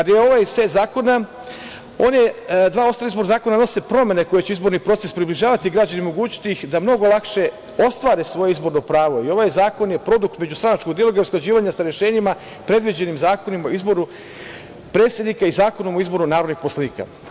Dva ostala izborna zakona nose promene koje će izborni proces približavati građanima i omogućiti ih da mnogo lakše ostvare svoje izborno pravo i ovaj zakon je produkt međustranačkog dijaloga i usklađivanja sa rešenjima predviđenim Zakonom o izboru predsednika i Zakonom o izboru narodnih poslanika.